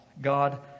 God